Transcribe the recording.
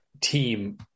team